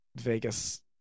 Vegas